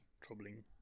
troubling